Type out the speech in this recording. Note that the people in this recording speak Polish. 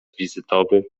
wizytowy